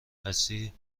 هستی